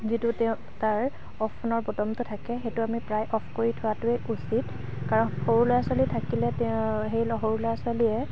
যিটো তেওঁ তাৰ অফ অ'নৰ বটমটো থাকে সেইটো আমি প্ৰায় অফ কৰি থোৱাটোৱে উচিত কাৰণ সৰু ল'ৰা ছোৱালী থাকিলে তেওঁ সেই সৰু ল'ৰা ছোৱালীয়ে